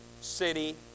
city